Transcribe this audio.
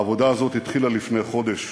העבודה הזאת התחילה לפני חודש.